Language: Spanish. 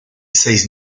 seis